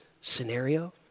scenario